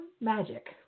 magic